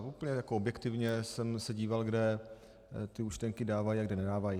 A úplně objektivně jsem se díval, kde ty účtenky dávají a kde nedávají.